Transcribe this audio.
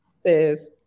says